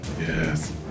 Yes